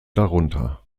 darunter